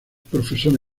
profesor